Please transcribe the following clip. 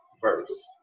verse